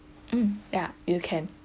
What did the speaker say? mm ya you can